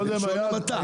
בלשון המעטה.